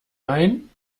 ein